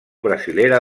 brasilera